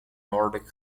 nordic